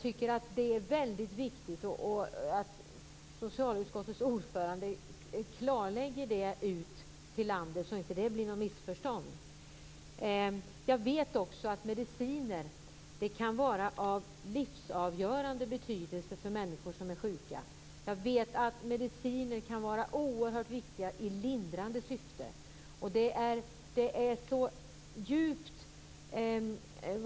Det är väldigt viktigt att socialutskottets ordförande klarlägger det ut till landet så att det inte blir något missförstånd. Jag vet också att mediciner kan vara av livsavgörande betydelse för människor som är sjuka. Jag vet att mediciner kan vara oerhört viktiga i lindrande syfte.